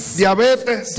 diabetes